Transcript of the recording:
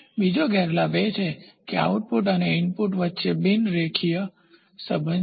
બીજો ગેરલાભ એ છે કે આઉટપુટ અને ઇનપુટ વચ્ચેનો સંબંધ બિન રેખીય છે